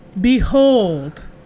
behold